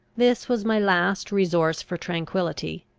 this was my last resource for tranquillity,